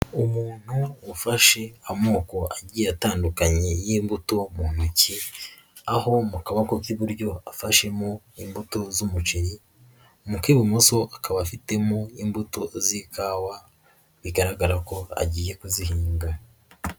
Umuntu ufashe amoko agiye atandukanye y'imbuto mu ntoki aho mu kaboko k'iburyo afashemo imbuto z'umuceri mu k'ibumoso akaba afitemo imbuto z'ikawa, bigaragara ko agiye kuzihinga.